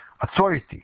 Authority